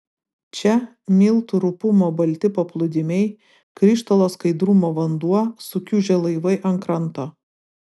čia miltų rupumo balti paplūdimiai krištolo skaidrumo vanduo sukiužę laivai ant kranto